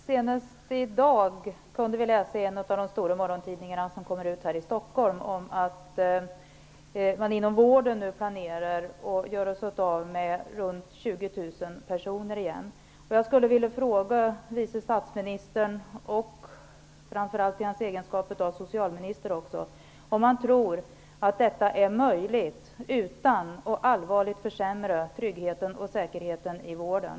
Senast i dag kunde vi läsa i en av de stora morgontidningarna här i Stockholm att man inom vården planerar att göra sig av med ytterligare Jag skulle vilja fråga vice statsministern, framför allt i hans egenskap av socialminister, om han tror att det är möjligt att göra detta utan att allvarligt försämra tryggheten och säkerheten i vården.